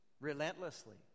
relentlessly